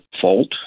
fault